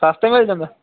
ਸਸਤਾ ਮਿਲ ਜਾਂਦਾ